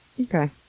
Okay